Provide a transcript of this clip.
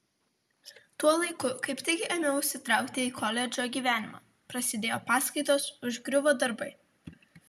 tuo laiku kaip tik ėmiau įsitraukti į koledžo gyvenimą prasidėjo paskaitos užgriuvo darbai